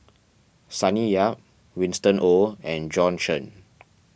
Sonny Yap Winston Oh and Bjorn Shen